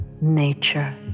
Nature